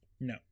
No